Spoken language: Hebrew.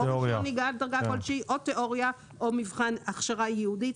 רישיון נהיגה בדרגה כלשהי או תיאוריה או מבחן הכשרה ייעודית.